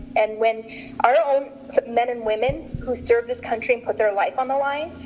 and when our own men and women who serve this country put their life on the line,